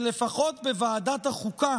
שלפחות בוועדת החוקה